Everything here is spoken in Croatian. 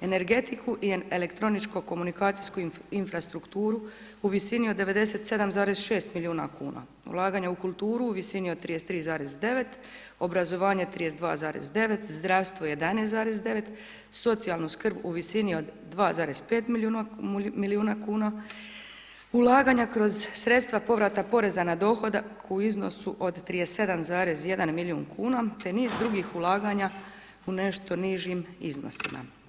energetiku i elektroničko komunikacijsku infrastrukturu u visini od 97,6 milijuna kuna, ulaganja u kulturu u visini od 33,9, obrazovanje 32,9, zdravstvo 11,9, socijalnu skrb u visini od 2,5 milijuna kuna, ulaganja kroz sredstva povrata poreza na dohodak u iznosu od 37,1 milijun kuna te niz drugih ulaganja u nešto nižim iznosima.